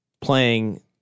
playing